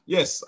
Yes